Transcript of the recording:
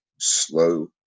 slow